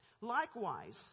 Likewise